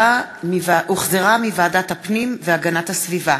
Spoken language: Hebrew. שהחזירה ועדת הפנים והגנת הסביבה.